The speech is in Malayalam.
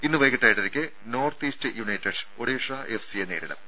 ഇന്ന് വൈകീട്ട് ഏഴരക്ക് നോർത്ത് ഈസ്റ്റ് യുണൈറ്റഡ് ഒഡീഷ എഫ്സിയെ നേരിടും